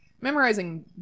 memorizing